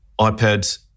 iPads